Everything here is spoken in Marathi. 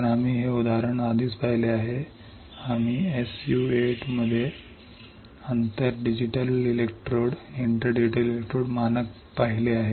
तर आम्ही हे उदाहरण आधीच पाहिले आहे आम्ही S U 8 मध्ये आंतर डिजिटल इलेक्ट्रोड मानक पाहिले आहे